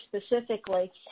specifically